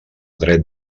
dret